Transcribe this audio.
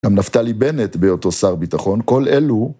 גם נפתלי בנט, באותו שר ביטחון, כל אלו